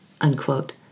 unquote